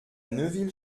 neuville